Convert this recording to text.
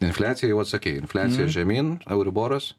infliacija jau atsakei infliacija žemyn euriboras